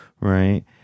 Right